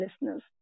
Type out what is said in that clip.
listeners